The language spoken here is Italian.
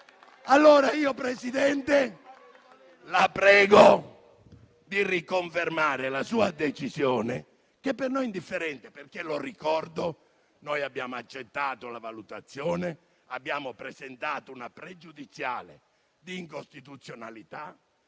signor Presidente, la prego di riconfermare la sua decisione, che per noi è indifferente, perché - lo ricordo - abbiamo accettato la valutazione e abbiamo presentato una pregiudiziale di incostituzionalità